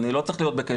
אני לא צריך להיות בקשר,